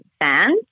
fans